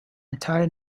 entire